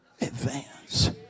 advance